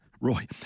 Roy